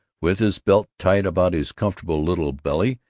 with his belt tight about his comfortable little belly,